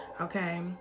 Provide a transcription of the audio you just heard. Okay